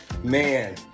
Man